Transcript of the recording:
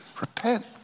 repent